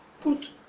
put